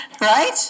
right